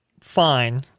fine